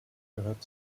gehört